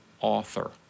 author